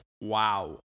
Wow